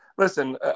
Listen